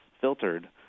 filtered